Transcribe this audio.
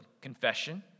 confession